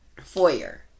foyer